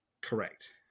Correct